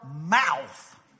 mouth